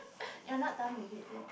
you are not done with it yet